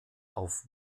auf